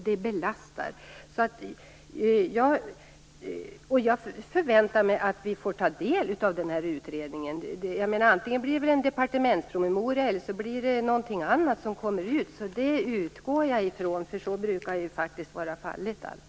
Det belastar samhället. Jag förväntar mig att vi får ta del av den här utredningen. Antingen blir det väl en departementspromemoria eller så blir det något annat som kommer ut. Det utgår jag ifrån, för så brukar ju faktiskt alltid vara fallet.